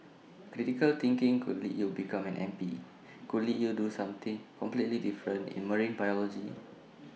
critical thinking could lead you become an M P could lead you do something completely different in marine biology